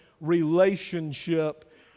relationship